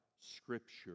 Scripture